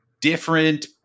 different